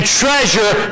treasure